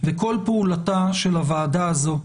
וכל פעולתה של הוועדה הזו,